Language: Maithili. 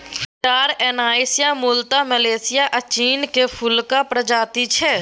स्टार एनाइस मुलतः मलेशिया आ चीनक फुलक प्रजाति छै